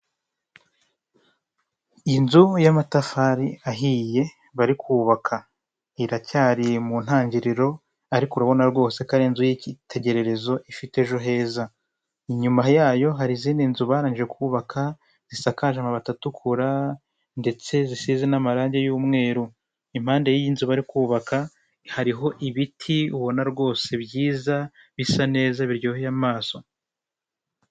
Inzu y'amatafari ahiye bari kubabaka, iracyari mu ntangiriro ariko urabona rwose ko ari inzu y'icyitegererezo ifite ejo heza. Inyuma yayo hari izindi nzu barangije kubaka, zisakaje amabati atukura ndetse zisize n'amarangi y'umweru. impande y'iyi nzu bari kubaka, hariho ibiti ubona rwose byiza, bisa neza, biryoheye amaso.